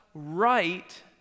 Right